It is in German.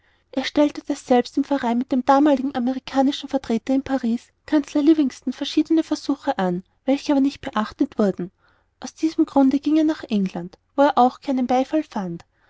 er stellte daselbst im verein mit dem damaligen amerikanischen vertreter in paris kanzler livingston verschiedene versuche an welche aber nicht beachtet wurden aus diesem grunde ging er nach england wo er auch keinen beifall fand